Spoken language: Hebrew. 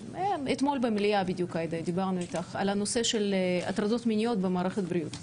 אתמול במליאה דיברנו על הנושא של הטרדות מיניות במערכת הבריאות.